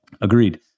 Agreed